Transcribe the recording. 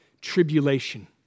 tribulation